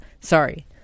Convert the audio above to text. sorry